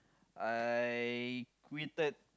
I quitted